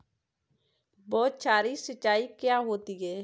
बौछारी सिंचाई क्या होती है?